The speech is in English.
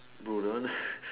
bro one